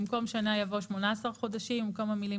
במקום "שנה" יבוא "18 חודשים" ובמקום המילים